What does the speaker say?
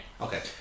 Okay